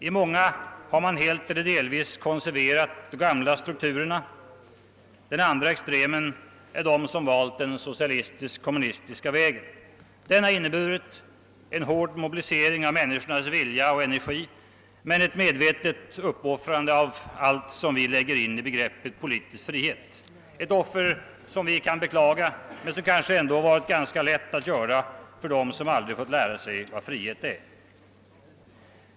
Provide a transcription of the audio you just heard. I många har man helt eller delvis konserverat de gamla strukturerna; den andra extremen utgör de länder som valt den socialistisk-kapitalistiska vägen. Denna har inneburit en hård mobilisering av människornas vilja och energi med ett medvetet uppoffrande av allt som vi inlägger i begreppet politisk frihet, ett offer som vi kan beklaga men som kanske ändå varit ganska lätt för dem som aldrig fått lära sig vad frihet är.